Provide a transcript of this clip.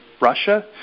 Russia